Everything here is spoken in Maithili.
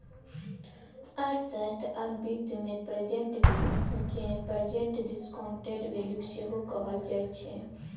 अर्थशास्त्र आ बित्त मे प्रेजेंट वैल्यू केँ प्रेजेंट डिसकांउटेड वैल्यू सेहो कहल जाइ छै